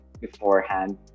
beforehand